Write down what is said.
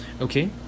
Okay